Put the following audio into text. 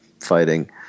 fighting